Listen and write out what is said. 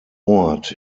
ort